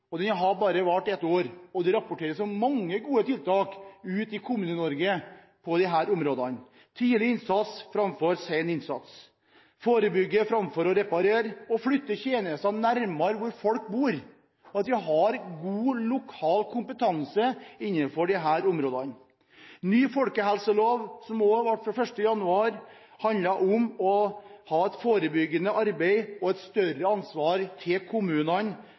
viktig. Den har bare vart ett år, og det rapporteres om mange gode tiltak ute i Kommune-Norge på disse områdene – tidlig innsats framfor sen innsats, forebygge framfor å reparere, flytte tjenestene nærmere der folk bor, og at vi har god lokal kompetanse innenfor disse områdene. Ny folkehelselov, som har vart fra 1. januar, handler om å ha et forebyggende arbeid og et større ansvar hos kommunene